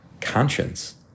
conscience